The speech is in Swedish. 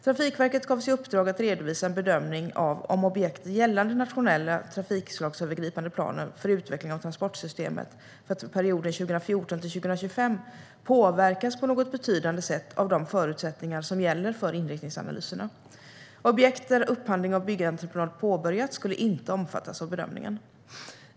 Trafikverket gavs i uppdrag att redovisa en bedömning av om objekt i den gällande nationella trafikslagsövergripande planen för utveckling av transportsystemet för perioden 2014-2025 påverkas på något betydande sätt av de förutsättningar som gäller för inriktningsanalyserna. Objekt där upphandling av byggentreprenad påbörjats skulle inte omfattas av bedömningen.